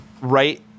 right